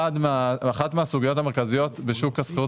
אחת מהסוגיות המרכזיות בשוק השכירות